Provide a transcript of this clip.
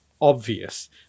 obvious